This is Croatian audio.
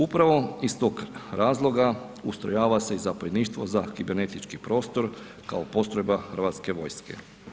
Upravo iz tog razloga ustrojava se i zapovjedništvo za kibernetički prostor kao postrojba Hrvatske vojske.